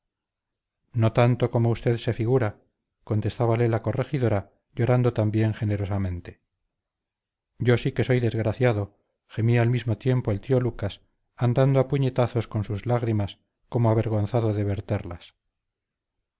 no tanto como usted se figura contestábale la corregidora llorando también generosamente yo sí que soy desgraciado gemía al mismo tiempo el tío lucas andando a puñetazos con sus lágrimas como avergonzado de verterlas